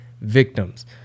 victims